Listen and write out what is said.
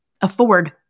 afford